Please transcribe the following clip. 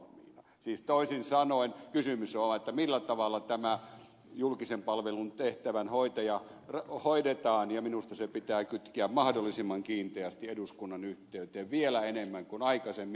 siis toisin sanoen kysymys on vaan siitä millä tavalla tämä julkisen palvelun tehtävän hoitaja hoidetaan ja minusta se pitää kytkeä mahdollisimman kiinteästi eduskunnan yhteyteen vielä enemmän kuin aikaisemmin